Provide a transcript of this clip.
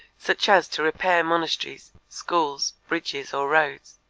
such as to repair monasteries, schools, bridges, or roads,